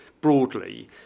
broadly